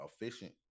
efficient